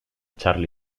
charlie